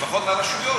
לפחות לרשויות,